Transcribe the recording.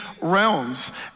realms